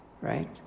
right